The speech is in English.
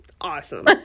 awesome